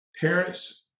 parents